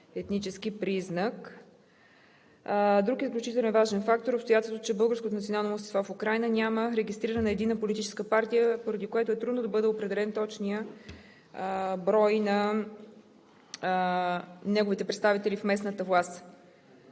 етнически признак. Важен фактор е обстоятелството, че българското национално малцинство в Украйна няма регистрирана единна политическа партия, поради което е трудно да бъде определен точният брой на неговите представители в местната власт.